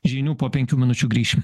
žinių po penkių minučių grįšim